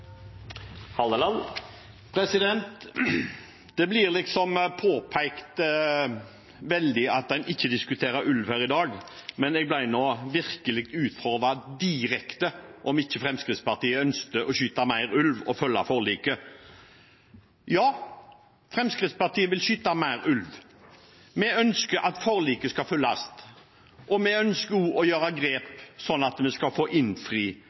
Det blir påpekt veldig at en ikke diskuterer ulv her i dag, men nå ble jeg virkelig utfordret direkte på om ikke Fremskrittspartiet ønsket å skyte mer ulv og følge forliket. Ja, Fremskrittspartiet vil skyte mer ulv. Vi ønsker at forliket skal følges, og vi ønsker også å ta grep slik at vi skal få